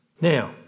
Now